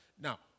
Now